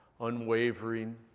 unwavering